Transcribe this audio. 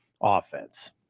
offense